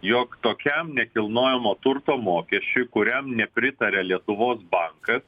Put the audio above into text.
jog tokiam nekilnojamo turto mokesčiui kuriam nepritaria lietuvos bankas